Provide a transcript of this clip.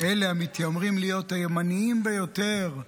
אלה המתיימרים להיות הימניים ביותר,